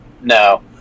No